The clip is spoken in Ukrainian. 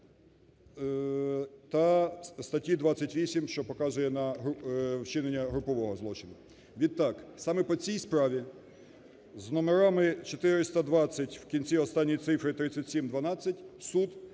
та статті 28, що показує на вчинення групового злочину. Відтак, саме по цій справі з номерами 420, в кінці останні цифри 3712, суд